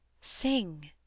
Sing